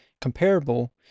comparable